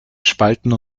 spalten